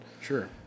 Sure